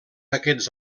aquests